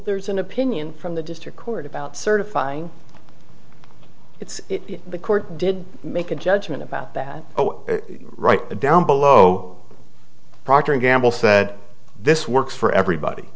there's an opinion from the district court about certifying it's the court did make a judgment about that right down below procter and gamble said this works for everybody